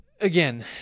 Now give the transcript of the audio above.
Again